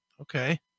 Okay